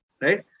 right